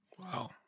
wow